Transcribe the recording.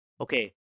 okay